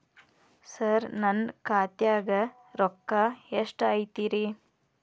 ಸರ ನನ್ನ ಖಾತ್ಯಾಗ ರೊಕ್ಕ ಎಷ್ಟು ಐತಿರಿ?